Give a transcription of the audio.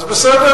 בסדר,